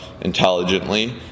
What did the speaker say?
intelligently